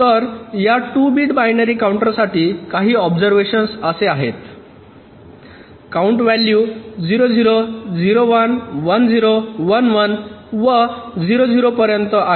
तर 2 bit binary काउंटरसाठी काही ऑब्सर्व्हेशनस असे आहेत काउंट व्हॅलू 0 0 0 1 1 0 1 1 व 0 0 पर्यंत आहे